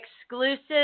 exclusive